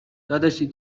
داداشی